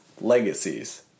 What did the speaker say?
legacies